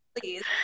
please